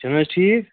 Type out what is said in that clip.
چھُنہٕ حظ ٹھیٖک